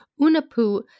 Unapu